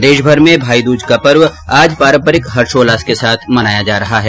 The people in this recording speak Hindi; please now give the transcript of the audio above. प्रदेशभर में भाईदूज का पर्व आज पारम्परिक हर्षोल्लास के साथ मनाया जा रहा है